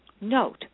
Note